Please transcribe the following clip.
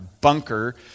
bunker